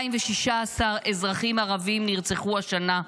216 אזרחים ערבים נרצחו השנה,